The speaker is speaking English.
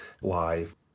live